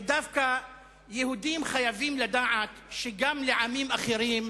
ודווקא יהודים חייבים לדעת שגם לעמים אחרים,